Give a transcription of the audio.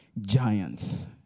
giants